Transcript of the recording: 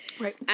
Right